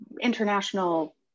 international